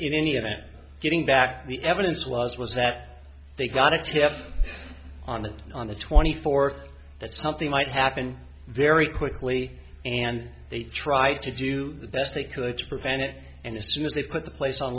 in any event getting back the evidence was was that they got a tip on that on the twenty fourth that something might happen very quickly and they tried to do the best they could to prevent it and as soon as they put the place on